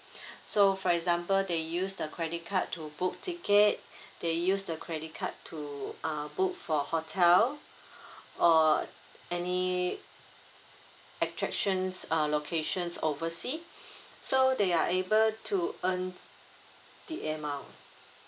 so for example they use the credit card to book ticket they use the credit card to uh book for hotel or any attractions err locations overseas so they are able to earn the Air miles